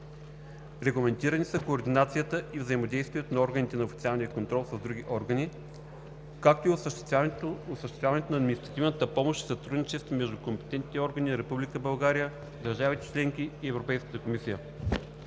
Регламентирани са координацията и взаимодействието на органите на официалния контрол с други органи, както и осъществяването на административна помощ и сътрудничество между компетентните органи на Република България, държавите членки и Европейската комисия.